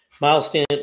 milestone